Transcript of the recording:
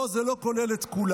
לא, זה לא כולל את כולם.